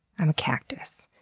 i'm a cactus.